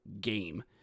game